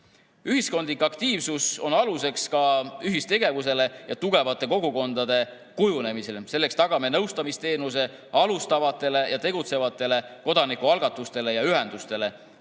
Ühiskondlik aktiivsus on aluseks ka ühistegevusele ja tugevate kogukondade kujunemisele. Selleks tagame nõustamisteenuse alustavatele ja tegutsevatele kodanikualgatustele ja -ühendustele.